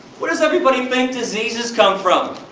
what does everybody think diseases come from?